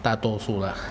大多数啦